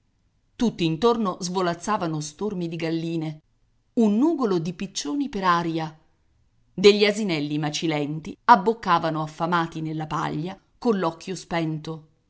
moggi tutt'intorno svolazzavano stormi di galline un nugolo di piccioni per aria degli asinelli macilenti abboccavano affamati nella paglia coll'occhio spento